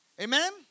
Amen